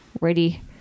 ready